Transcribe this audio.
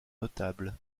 notable